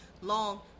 long